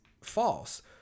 false